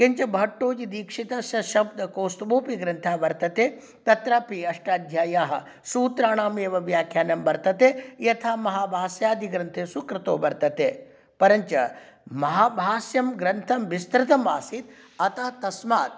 किञ्च भट्टोजीदीक्षितस्य शब्दकौस्तुभोऽपि ग्रन्थः वर्तते तत्रापि अष्टाध्याय्याः सूत्राणां एव व्याख्यानं वर्तते यथा महाभाष्यादिग्रन्थेषु कृतो वर्तते परञ्च महाभाष्यं ग्रन्थं विस्तृतम् आसीत् अतः तस्मात्